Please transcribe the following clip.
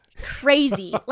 crazy